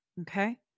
Okay